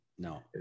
no